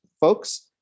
folks